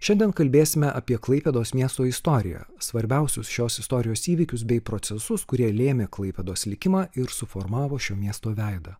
šiandien kalbėsime apie klaipėdos miesto istoriją svarbiausius šios istorijos įvykius bei procesus kurie lėmė klaipėdos likimą ir suformavo šio miesto veidą